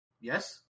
Yes